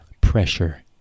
pressure